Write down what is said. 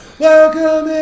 welcome